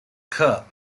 cup